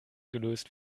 gelöst